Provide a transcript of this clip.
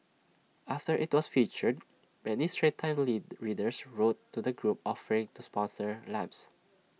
after IT was featured many straits times lead readers wrote to the group offering to sponsor lamps